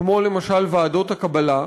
כמו למשל ועדות הקבלה.